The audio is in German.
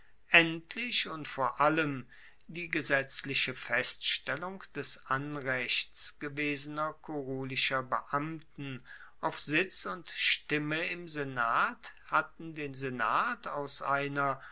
endlich und vor allem die gesetzliche feststellung des anrechts gewesener kurulischer beamten auf sitz und stimme im senat hatten den senat aus einer